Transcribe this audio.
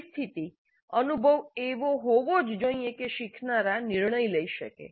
પરિસ્થિતિ અનુભવ એવો હોવો જ જોઇએ કે શીખનારા નિર્ણયો લઈ શકે